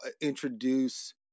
introduce